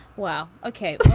well, ok.